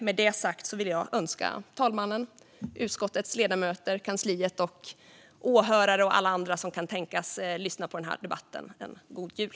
Med det sagt vill jag önska fru talmannen, utskottets ledamöter, kansliet, åhörare i kammaren och alla andra som kan tänkas lyssna på debatten en god jul.